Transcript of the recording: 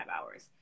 hours